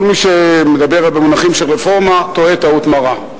כל מי שמדבר במונחים של רפורמה, טועה טעות מרה.